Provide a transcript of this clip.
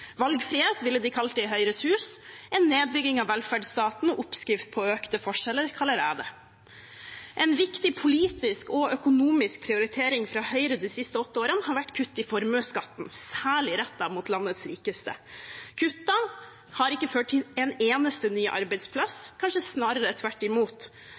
Valgfrihet ville de kalt det i Høyres Hus. En nedbygging av velferdsstaten og en oppskrift på økte forskjeller kaller jeg det. En viktig politisk og økonomisk prioritering fra Høyre de siste åtte årene har vært kutt i formuesskatten, særlig rettet mot landets rikeste. Kuttene har ikke ført til en eneste ny arbeidsplass, kanskje snarere tvert imot.